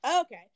okay